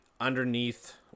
underneath